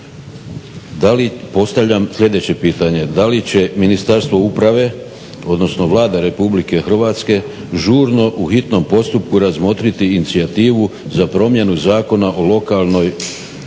da li, postavljam sljedeće pitanje. Da li će Ministarstvo uprave odnosno Vlada Republike Hrvatske žurno u hitnom postupku razmotriti inicijativu za promjenu Zakona o lokalnoj